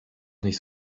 nicht